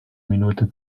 minute